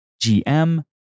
GM